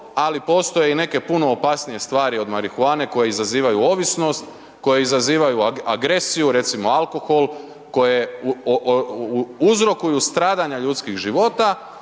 ali postoje i neke puno opasnije stvari od marihuane koje izazivaju ovisnost, koje izazivaju agresiju, recimo alkohol, koje uzrokuju stradanja ljudskih života